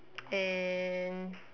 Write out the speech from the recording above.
and